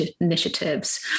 initiatives